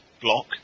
block